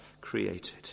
created